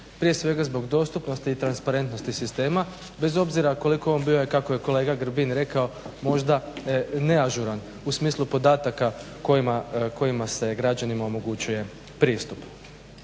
prije svega zbog dostupnosti i transparentnosti sistema bez obzira koliko on bio i kako je kolega Grbin rekao možda neažuran u smislu podataka kojima se građanima omogućuje pristup.